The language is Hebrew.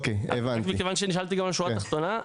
מכיוון שנשאלתי גם על שורה תחתונה,